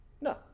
no